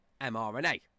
mRNA